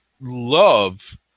love